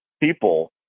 people